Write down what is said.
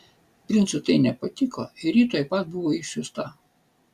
princui tai nepatiko ir ji tuoj pat buvo išsiųsta